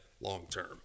long-term